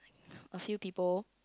a few people